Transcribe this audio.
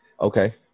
Okay